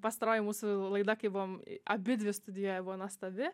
pastaroji mūsų laida kai buvom abidvi studijoj buvo nuostabi